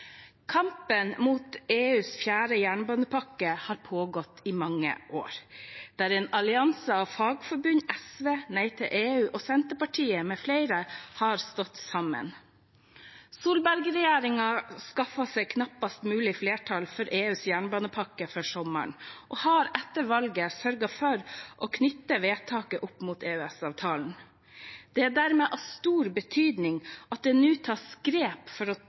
Kampen mot EUs fjerde jernbanepakke har pågått i mange år, der en allianse av fagforbund, SV, Nei til EU og Senterpartiet, m.fl., har stått sammen. Solberg-regjeringen skaffet seg knappest mulig flertall for EUs jernbanepakke før sommeren og har etter valget sørget for å knytte vedtaket opp mot EØS-avtalen. Det er dermed av stor betydning at det nå tas grep for å